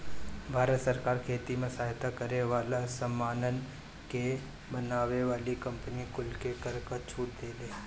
भारत सरकार खेती में सहायता करे वाला सामानन के बनावे वाली कंपनी कुल के कर में छूट देले